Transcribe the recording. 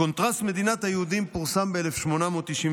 הקונטרס "מדינת היהודים" פורסם ב-1896.